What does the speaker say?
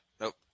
Nope